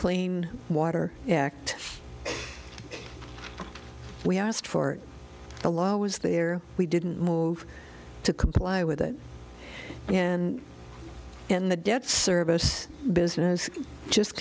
clean water act we asked for the law was there we didn't move to comply with it and and the debt service business just